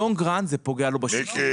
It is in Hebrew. אבל בטווח הארוך זה פוגע לו בשיקום.